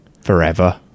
Forever